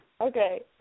Okay